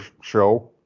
show